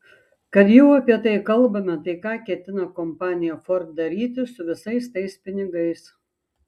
kad jau apie tai kalbame tai ką ketina kompanija ford daryti su visais tais pinigais